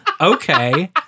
okay